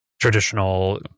traditional